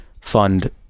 fund